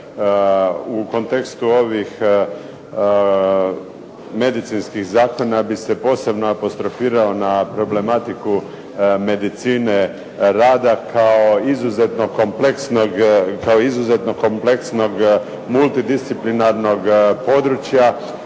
U kontekstu ovih medicinskih zakona ja bih se posebno apostrofirao na problematiku medicine rada kao izuzetno kompleksnog multidisciplinarnog područja